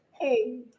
Hey